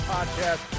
Podcast